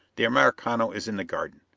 the americano is in the garden.